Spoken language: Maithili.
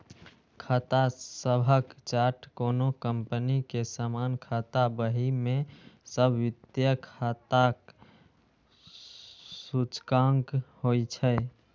खाता सभक चार्ट कोनो कंपनी के सामान्य खाता बही मे सब वित्तीय खाताक सूचकांक होइ छै